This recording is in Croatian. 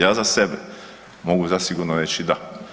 Ja za sebe mogu zasigurno reći da.